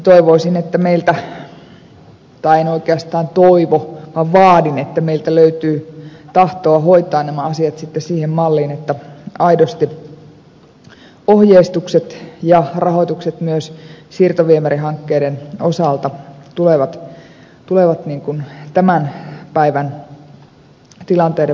toivoisin tai en oikeastaan toivo vaan vaadin että meiltä löytyy tahtoa hoitaa nämä asiat sitten siihen malliin että aidosti ohjeistukset ja rahoitukset myös siirtoviemärihankkeiden osalta tulevat tämän päivän tilanteiden vaatimalle tasolle